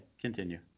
continue